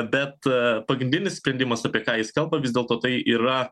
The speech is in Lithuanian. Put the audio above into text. bet pagrindinis sprendimas apie ką jis kalba vis dėlto tai yra